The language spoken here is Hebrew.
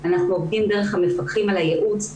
אנחנו עובדים דרך המפקחים על הייעוץ.